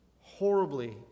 horribly